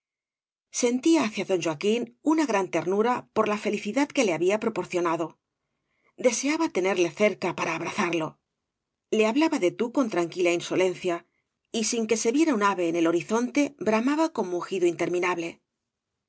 sentía hacia don joaquín una gran ternura por la felicidad que le había proporcionado deseaba tenerle cerca para abrazarlo le hablaba de tú con tranquila insolencia y sin que se viera v blasco ibáñkz un ave en el horiaonte bramaba con mugido interminable